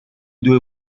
due